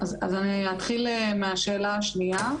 אז אני אתחיל מהשאלה השנייה.